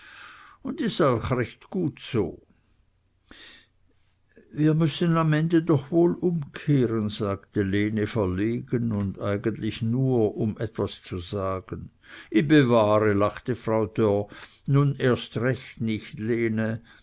und is auch recht gut so wir müssen am ende doch wohl umkehren sagte lene verlegen und eigentlich nur um etwas zu sagen i bewahre lachte frau dörr nun erst recht nich lene